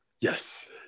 Yes